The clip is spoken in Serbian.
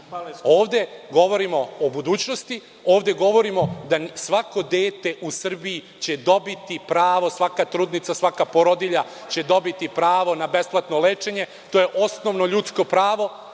Ovde govorimo o budućnosti. Ovde govorimo da će svako dete u Srbiji dobiti pravo, svaka trudnica, svaka porodilja će dobiti pravo na besplatno lečenje. To je osnovno ljudsko pravo.